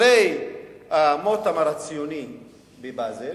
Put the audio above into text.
אחרי הכנס הציוני בבאזל